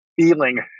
feeling